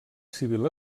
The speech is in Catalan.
civil